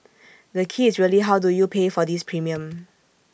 the key is really how do you pay for this premium